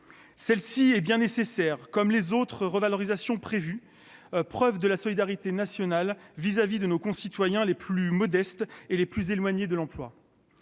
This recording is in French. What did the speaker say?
du RSA est nécessaire, comme le sont les autres revalorisations prévues. C'est bien la preuve de la solidarité nationale vis-à-vis de nos concitoyens les plus modestes et les plus éloignés de l'emploi.